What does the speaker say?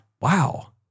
Wow